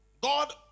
god